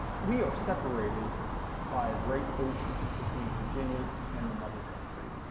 we are separated by a great ocean between virginia and the mother country.